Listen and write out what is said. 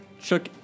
chuck